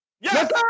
Yes